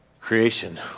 creation